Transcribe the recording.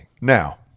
Now